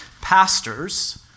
Pastors